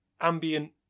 ambient